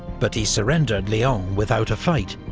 but he surrendered lyon without a fight,